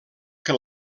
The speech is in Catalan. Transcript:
que